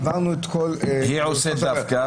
עברנו את כל --- היא עושה דווקא.